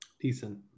decent